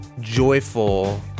joyful